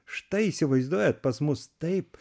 štai įsivaizduojat pas mus taip